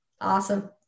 Awesome